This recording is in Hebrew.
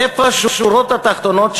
איפה השורות התחתונות,